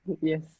yes